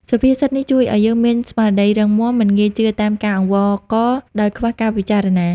សុភាសិតនេះជួយឱ្យយើងមានស្មារតីរឹងមាំ មិនងាយជឿតាមការអង្វរករដោយខ្វះការពិចារណា។